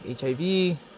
HIV